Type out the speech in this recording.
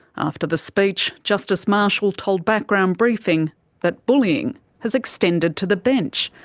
after the speech, justice marshall told background briefing that bullying has extended to the bench,